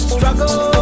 Struggle